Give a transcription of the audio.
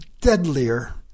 deadlier